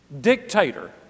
Dictator